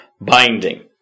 binding